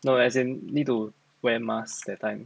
no as in need to wear mask that time